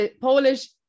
polish